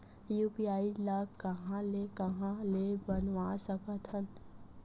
UPI ल कहां ले कहां ले बनवा सकत हन?